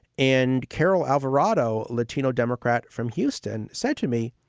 and carol alvarado. latino democrat from houston said to me,